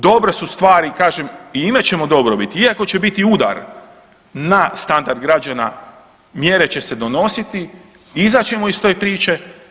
Dobre su stvari kažem i imat ćemo dobrobit iako će biti udar na standard građana, mjere će se donositi, izaći ćemo iz te priče.